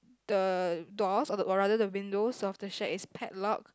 the doors or or rather the windows of the shack is pad lock